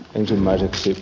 ensimmäiseksi